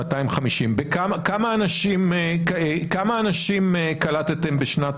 כמה אנשים קלטתם בשנת